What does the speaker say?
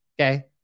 okay